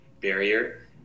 barrier